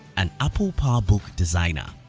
an apple powerbook designer.